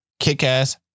Kick-ass